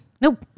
Nope